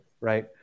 right